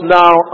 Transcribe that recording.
now